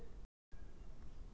ನನ್ನ ಅಕೌಂಟ್ ನಲ್ಲಿ ಎಷ್ಟು ಹಣ ಉಂಟು?